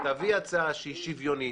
להביא הצעה שוויונית,